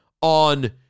On